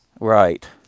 Right